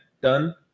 done